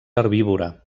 herbívora